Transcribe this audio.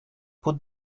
put